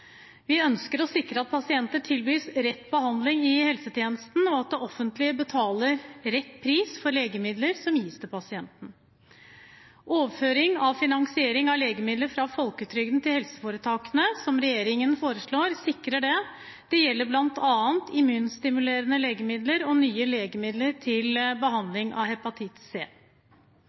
Vi ønsker å sikre at pasienter tilbys rett behandling i helsetjenesten, og at det offentlige betaler rett pris for legemidler som gis til pasienten. Overføring av finansiering av legemidler fra folketrygden til helseforetakene, som regjeringen foreslår, sikrer det. Det gjelder bl.a. immunstimulerende legemidler og nye legemidler til